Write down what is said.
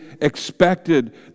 expected